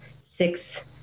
six